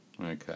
Okay